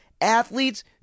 athletes